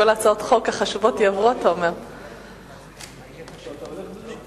התש"ע 2010, לדיון מוקדם בוועדת הכלכלה נתקבלה.